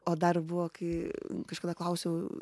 o dar buvo kai kažkada klausiau